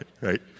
Right